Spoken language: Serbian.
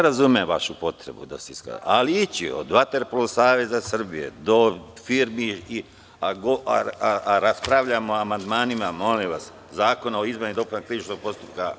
Razumem vašu potrebu, ali ići od Vaterpolo saveza Srbije do firmi, a raspravljamo o amandmanima Zakona o izmenama i dopunama krivičnog postupka.